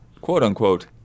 quote-unquote